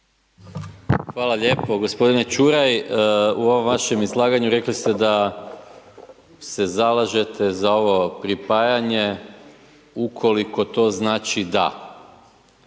Hvala lijepo. Gospodine Ćuraj, u ovom vašem izlaganju rekli ste da se zalažete za ovo pripajanje ukoliko to znači DA,